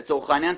לצורך העניין,